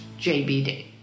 jbd